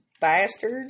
bastard